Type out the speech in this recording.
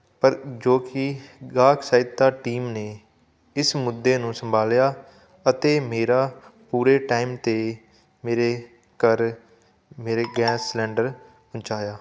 ਪਰ ਜੋ ਕਿ ਗਾਹਕ ਸਹਾਇਤਾ ਟੀਮ ਨੇ ਇਸ ਮੁੱਦੇ ਨੂੰ ਸੰਭਾਲਿਆ ਅਤੇ ਮੇਰਾ ਪੂਰੇ ਟਾਈਮ 'ਤੇ ਮੇਰੇ ਘਰ ਮੇਰੇ ਗੈਸ ਸਿਲੰਡਰ ਪਹੁੰਚਾਇਆ